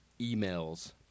emails